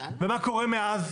מה קורה מאז?